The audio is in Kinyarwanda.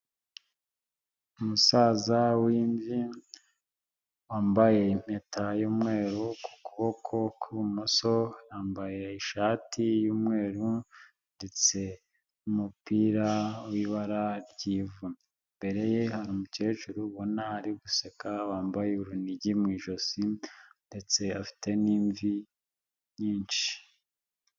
Umusaza w'imvi wambaye impeta y'umweru ku kuboko kw'ibumoso, yambaye ishati y'umweru ndetse n'umupira w'ibara ry'ivu, imbere ye hari umukecuru ubona ari guseka wambaye urunigi mu ijosi ndetse afite n'imvi nyinshi.